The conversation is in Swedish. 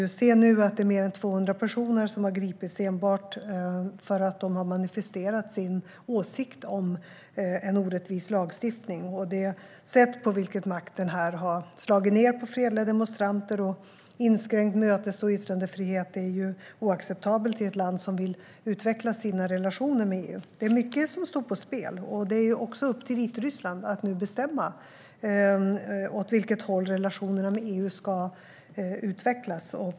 Mer än 200 personer har gripits enbart för att de har manifesterat sin åsikt om en orättvis lagstiftning. Det sätt på vilket makten här har slagit ned på fredliga demonstranter och inskränkt mötesfrihet och yttrandefrihet är oacceptabelt i ett land som vill utveckla sina relationer med EU. Det är mycket som står på spel, och det är också upp till Vitryssland att nu bestämma åt vilket håll relationerna med EU ska utvecklas.